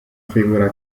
figura